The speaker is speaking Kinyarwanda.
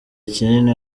kinini